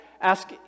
ask